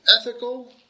ethical